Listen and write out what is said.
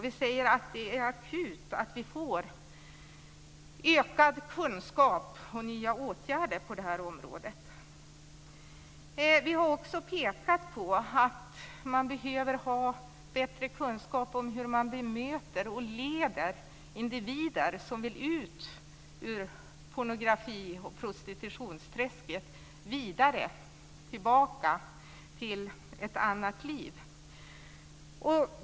Vi säger att det är akut att få ökad kunskap och nya åtgärder på det här området. Vi har också pekat på att man behöver ha bättre kunskap om hur man bemöter och leder individer som vill ut ur pornografi och prostitutionsträsket vidare, tillbaka till ett annat liv.